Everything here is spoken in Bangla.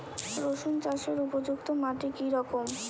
রুসুন চাষের উপযুক্ত মাটি কি রকম?